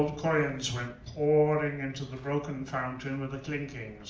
old coins went pouring into the broken and fountain with a clinking